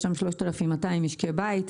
יש שם 3,200 משקי בית.